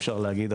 אפשר להגיד,